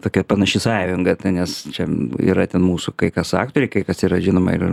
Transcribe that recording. tokia panaši sąjunga ta nes čia yra ten mūsų kai kas aktoriai kas yra žinoma ir